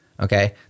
Okay